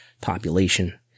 population